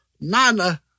Nana